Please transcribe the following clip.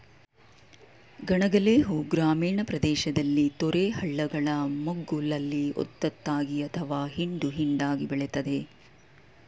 ಗಣಗಿಲೆ ಹೂ ಗ್ರಾಮೀಣ ಪ್ರದೇಶದಲ್ಲಿ ತೊರೆ ಹಳ್ಳಗಳ ಮಗ್ಗುಲಲ್ಲಿ ಒತ್ತೊತ್ತಾಗಿ ಅಥವಾ ಹಿಂಡು ಹಿಂಡಾಗಿ ಬೆಳಿತದೆ